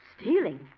Stealing